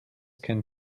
can